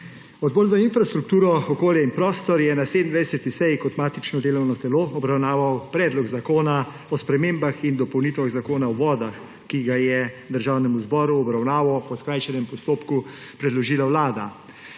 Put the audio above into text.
Odbor za infrastrukturo, okolje in prostor je na 27. seji kot matično delovno telo obravnaval Predlog zakona o spremembah in dopolnitvah Zakona o vodah, ki ga je Državnemu zboru v obravnavo po skrajšanem postopku predložila Vlada.